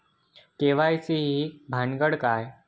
KYC ही भानगड काय?